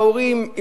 ההורים,